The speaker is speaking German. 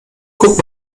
guck